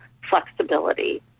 flexibility